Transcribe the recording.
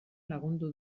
lagundu